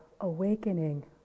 awakening